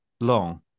long